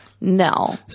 No